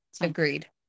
Agreed